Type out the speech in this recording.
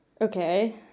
Okay